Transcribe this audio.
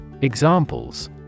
Examples